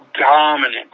dominant